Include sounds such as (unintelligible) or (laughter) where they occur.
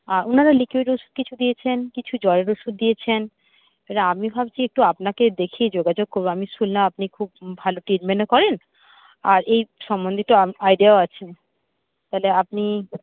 আর ওনারা লিকুইড ওষুধ কিছু দিয়েছেন কিছু জ্বরের ওষুধ দিয়েছেন এবার আমি ভাবছি একটু আপনাকে দেখিয়ে যোগাযোগ করব আমি শুনলাম আপনি খুব ভালো ট্রিটমেন্টও করেন আর এই সম্বন্ধিত (unintelligible) আইডিয়াও আছে তাহলে আপনি